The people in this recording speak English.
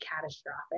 catastrophic